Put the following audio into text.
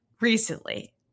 Recently